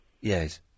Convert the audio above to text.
Yes